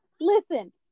Listen